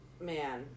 man